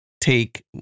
take